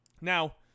Now